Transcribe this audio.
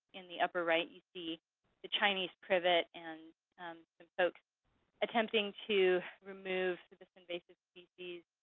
in the upper right you see the chinese privet, and some folks attempting to remove this invasive species.